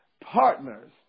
partners